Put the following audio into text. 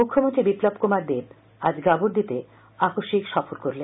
মুখ্যমন্ত্রী বিপ্লব কুমার দেব আজ গাবর্দিতে আকস্মিক সফর করেন